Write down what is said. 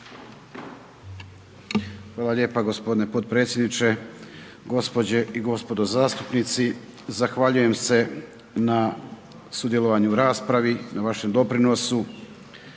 Hvala lijepa g. potpredsjedniče, gospođe i gospodo zastupnici, zahvaljujem se na sudjelovanju u raspravi, na vašem doprinosu.